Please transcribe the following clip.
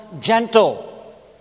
gentle